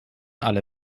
alle